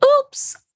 oops